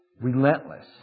relentless